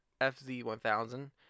FZ1000